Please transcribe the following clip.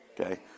Okay